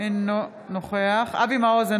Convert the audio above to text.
אינו נוכח אבי מעוז,